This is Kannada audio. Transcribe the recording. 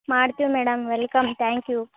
ಮಾಡ್ತೀವಿ ಮೇಡಮ್ ವೆಲ್ಕಮ್ ತ್ಯಾಂಕ್ ಯು